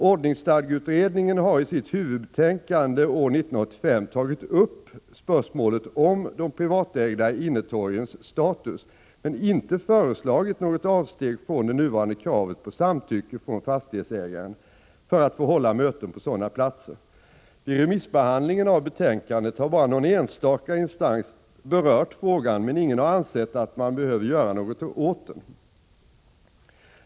Ordningsstadgeutredningen har i sitt huvudbetänkande år 1985 tagit upp spörsmålet om de privatägda innetorgens status men inte föreslagit något avsteg från det nuvarande kravet på samtycke från fastighetsägaren för att få hålla möten på sådana platser. Vid remissbehandlingen av betänkandet har bara någon enstaka instans berört frågan men inte ansett att man behöver göra något åt den.